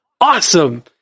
awesome